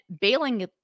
bailing